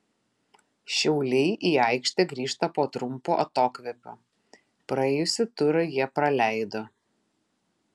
šiauliai į aikštę grįžta po trumpo atokvėpio praėjusį turą jie praleido